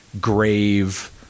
grave